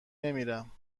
نمیرم